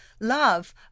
love